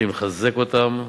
הייתי מחזק אותו,